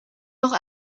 noch